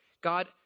God